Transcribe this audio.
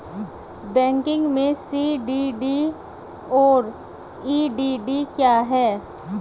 Banking में CDD और EDD क्या हैं?